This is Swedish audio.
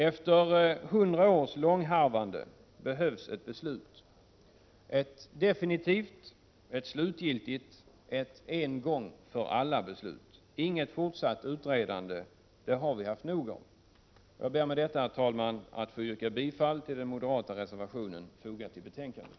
Efter hundra års långharvande behövs ett beslut, ett definitivt, ett slutgiltigt, ett en-gång-för-alla-beslut, inget fortsatt utredande — det har vi haft nog av. Jag ber med detta, herr talman, att få yrka bifall till den moderata reservationen fogad till betänkandet.